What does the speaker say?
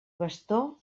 bastó